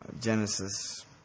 Genesis